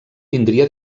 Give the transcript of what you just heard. tindria